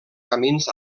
camins